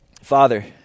Father